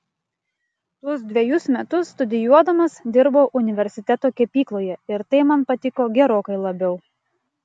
tuos dvejus metus studijuodamas dirbau universiteto kepykloje ir tai man patiko gerokai labiau